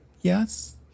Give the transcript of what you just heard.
yes